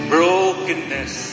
Brokenness